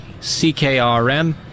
CKRM